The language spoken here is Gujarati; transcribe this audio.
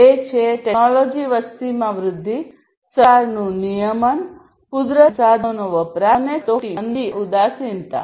એક છે ટેકનોલોજી વસ્તીમાં વૃદ્ધિ સરકારનું નિયમન કુદરતી સંસાધનોનો વપરાશ અને કટોકટી મંદી અને ઉદાસીનતા